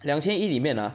两千一里面 ah